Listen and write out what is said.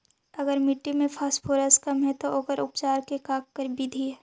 अगर मट्टी में फास्फोरस कम है त ओकर उपचार के का बिधि है?